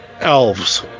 Elves